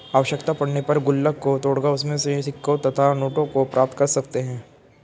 आवश्यकता पड़ने पर गुल्लक को तोड़कर उसमें से सिक्कों तथा नोटों को प्राप्त कर सकते हैं